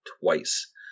twice